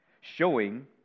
showing